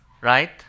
Right